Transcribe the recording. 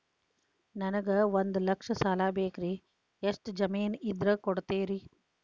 ನನಗೆ ಒಂದು ಲಕ್ಷ ಸಾಲ ಬೇಕ್ರಿ ಎಷ್ಟು ಜಮೇನ್ ಇದ್ರ ಕೊಡ್ತೇರಿ?